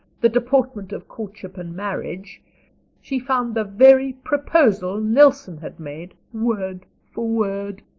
the deportment of courtship and marriage she found the very proposal nelson had made, word for word.